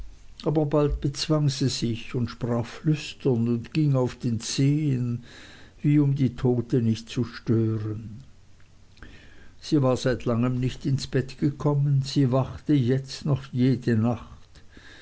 aber bald bezwang sie sich und sprach flüsternd und ging auf den zehen wie um die tote nicht zu stören sie war seit langem nicht ins bett gekommen sie wachte jetzt noch jede nacht